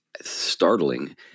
startling